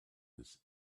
this